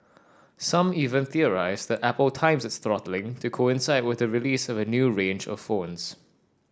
some even theorised that Apple times its throttling to coincide with the release of a new range of phones